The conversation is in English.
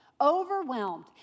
Overwhelmed